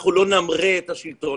אנחנו לא נמרה את פי השלטון,